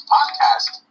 Podcast